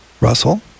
Russell